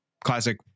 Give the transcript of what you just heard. classic